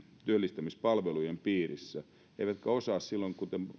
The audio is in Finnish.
työllistämispalvelujen piirissä eivätkä osaa silloin kuten